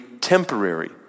temporary